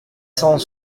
cent